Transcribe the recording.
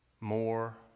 more